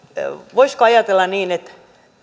voisiko ajatella niin että